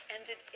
ended